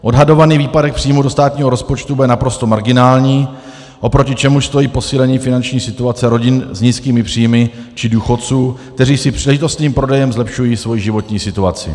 Odhadovaný výpadek příjmů do státního rozpočtu bude naprosto marginální, oproti čemuž stojí posílení finanční situace rodin s nízkými příjmy či důchodců, kteří si příležitostným prodejem zlepšují svoji životní situaci.